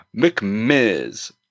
mcmiz